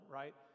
right